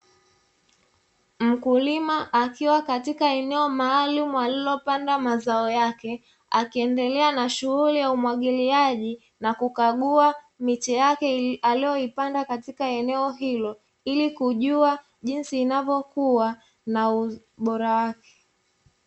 Mkulima akiwa katika eneo maalumu alilopanda mazao yake, akiendelea na shughuli ya umwagiliaji na kukagua miche yake aliyoipanda katika eneo hilo ili kujua jinsi inavyokua na ubora wake.